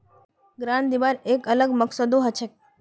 grant दिबार एक अलग मकसदो हछेक